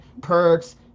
Perks